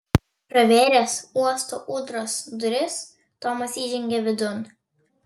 pravėręs uosto ūdros duris tomas įžengė vidun